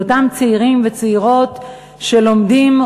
לאותם צעירים וצעירות שלומדים,